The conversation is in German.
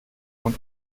und